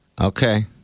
Okay